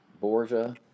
Borgia